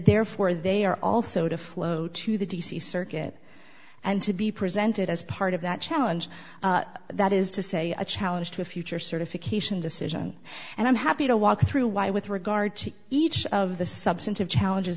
therefore they are also to float to the d c circuit and to be presented as part of that challenge that is to say a challenge to a future certification decision and i'm happy to walk through why with regard to each of the substantive challenges